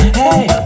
hey